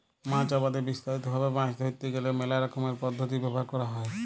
মাছ আবাদে বিস্তারিত ভাবে মাছ ধরতে গ্যালে মেলা রকমের পদ্ধতি ব্যবহার ক্যরা হ্যয়